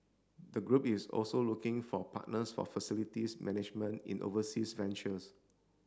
the group is also looking for partners for facilities management in overseas ventures